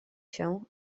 się